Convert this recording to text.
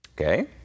Okay